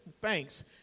thanks